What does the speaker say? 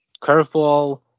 Curveball